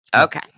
Okay